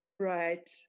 Right